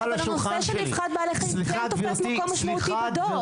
אבל הנושא של רווחת בעלי החיים כן תופס מקום משמעותי בדוח.